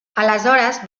aleshores